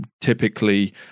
typically